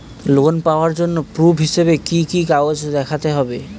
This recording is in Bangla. লোন পাওয়ার জন্য প্রুফ হিসেবে কি কি কাগজপত্র দেখাতে হবে?